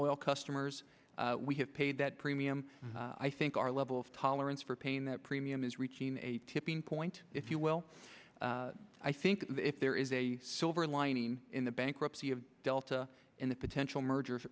loyal customers we have paid that premium i think our level of tolerance for pain that premium is reaching a tipping point if you will i think if there is a silver lining in the bankruptcy of delta in the potential merger